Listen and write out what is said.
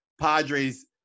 Padres